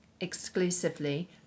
exclusively